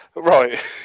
Right